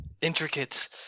intricate